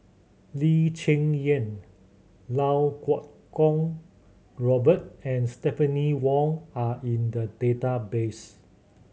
Lee Cheng Yan Lau Kuo Kwong Robert and Stephanie Wong are in the database